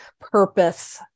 purpose